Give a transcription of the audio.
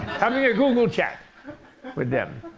having a google chat with them.